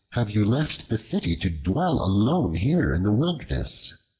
have you left the city to dwell alone here in the wilderness?